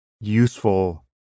useful